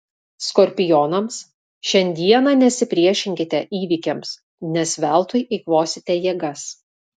skorpionams šiandieną nesipriešinkite įvykiams nes veltui eikvosite jėgas